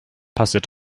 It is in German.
passiert